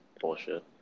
Bullshit